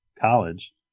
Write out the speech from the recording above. college